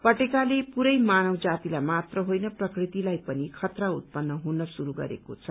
पटेकाले पूरै मानव जातीलाई मात्र होइन प्रकृतिलाई पनि खतरा उत्पन्र हुन शुरू गरेको छ